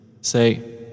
Say